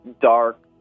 dark